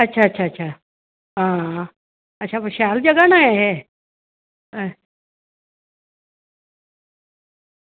अच्छा अच्छा अच्छा आं कोई शैल जगह ऐ